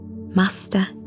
Master